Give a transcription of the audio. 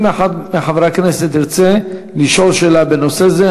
אם אחד מחברי הכנסת ירצה לשאול שאלה בנושא זה,